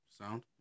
Sound